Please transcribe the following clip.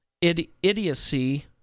idiocy